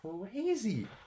crazy